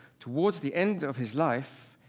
towards the end of his life,